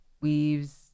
weaves